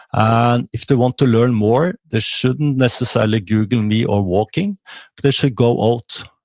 and if they want to learn more, they shouldn't necessarily google me or walking, but they should go out